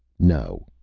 no.